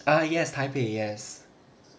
uh yes taipei yes